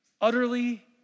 utterly